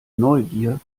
neugier